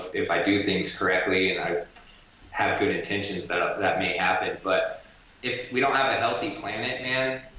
if i do things correctly and i have good intentions that that may happen. but if we don't have a healthy planet, man,